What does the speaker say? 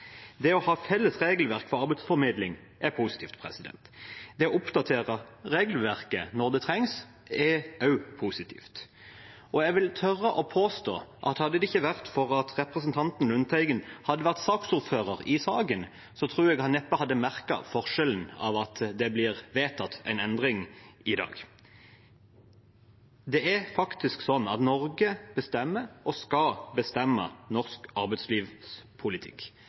Det å ha felles regelverk for arbeidsformidling er positivt. Det å oppdatere regelverket når det trengs, er også positivt. Og jeg vil tørre å påstå at hadde det ikke vært for at representanten Lundteigen hadde vært saksordfører i saken, tror jeg han neppe hadde merket forskjellen av at det blir vedtatt en endring i dag. Det er faktisk sånn at Norge bestemmer og skal bestemme norsk